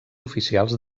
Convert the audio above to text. oficials